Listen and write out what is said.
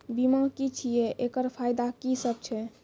बीमा की छियै? एकरऽ फायदा की सब छै?